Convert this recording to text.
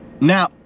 Now